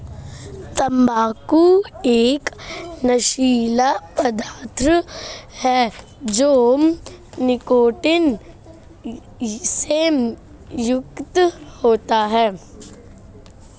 तंबाकू एक नशीला पदार्थ है जो निकोटीन से युक्त होता है